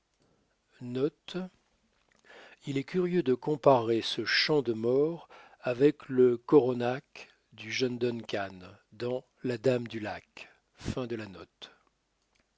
il est curieux de comparer ce chant de mort avec le coronach du jeune duncan dans la dame du lac